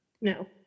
no